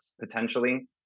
potentially